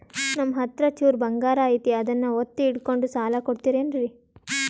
ನಮ್ಮಹತ್ರ ಚೂರು ಬಂಗಾರ ಐತಿ ಅದನ್ನ ಒತ್ತಿ ಇಟ್ಕೊಂಡು ಸಾಲ ಕೊಡ್ತಿರೇನ್ರಿ?